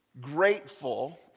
grateful